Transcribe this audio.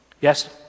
yes